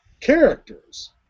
characters